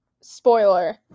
Spoiler